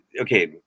okay